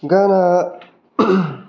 गाना